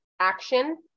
action